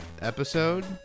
episode